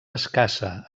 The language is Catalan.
escassa